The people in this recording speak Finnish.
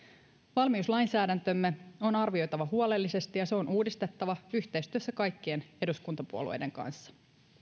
valmiuslainsäädäntömme on arvioitava huolellisesti ja se on uudistettava yhteistyössä kaikkien eduskuntapuolueiden kanssa